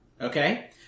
Okay